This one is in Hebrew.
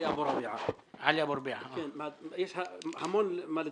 יש הרבה מה לומר,